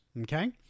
okay